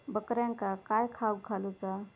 बकऱ्यांका काय खावक घालूचा?